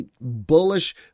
Bullish